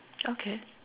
okay